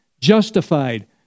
justified